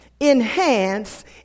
enhance